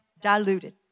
diluted